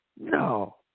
No